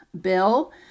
bill